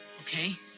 Okay